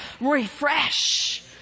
refresh